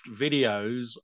videos